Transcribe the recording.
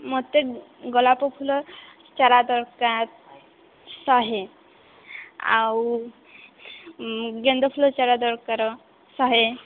ମୋତେ ଗୋଲାପ ଫୁଲ ଚାରା ଦରକାର ଶହେ ଆଉ ଗେଣ୍ଡୁ ଫୁଲ ଚାରା ଦରକାର ଶହେ